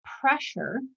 pressure